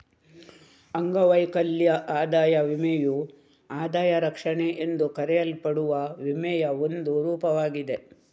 ಅಂಗವೈಕಲ್ಯ ಆದಾಯ ವಿಮೆಯು ಆದಾಯ ರಕ್ಷಣೆ ಎಂದು ಕರೆಯಲ್ಪಡುವ ವಿಮೆಯ ಒಂದು ರೂಪವಾಗಿದೆ